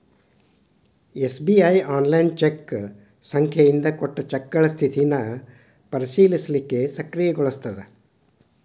SBI online cheque ಸಂಖ್ಯೆಯಿಂದ ಕೊಟ್ಟ ಚೆಕ್ಗಳ ಸ್ಥಿತಿನ ಪರಿಶೇಲಿಸಲಿಕ್ಕೆ ಸಕ್ರಿಯಗೊಳಿಸ್ತದ